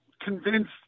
convinced